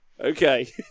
okay